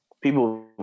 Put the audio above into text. people